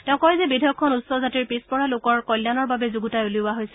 তেওঁ কয় যে বিধেয়কখন উচ্চ জাতিৰ পিছপৰা লোকৰ কল্যাণৰ বাবে যুণ্ডতাই উলিওৱা হৈছে